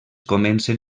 comencen